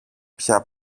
πια